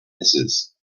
misses